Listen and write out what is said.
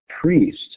priest